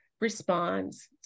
responds